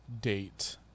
date